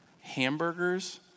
hamburgers